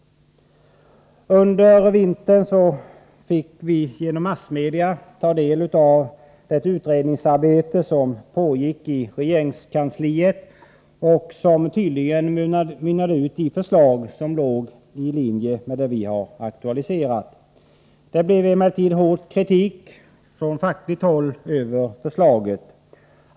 Under vintern fick vi genom massmedia ta del av det utredningsarbete som pågick i regeringskansliet och som tydligen utmynnade i förslag som låg i linje med det vi har aktualiserat. Det framfördes emellertid hård kritik från fackligt håll över förslaget.